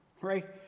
Right